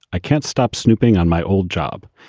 i can't stop snooping on my old job.